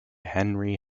henry